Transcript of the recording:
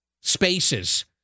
spaces